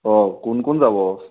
অঁ কোন কোন যাব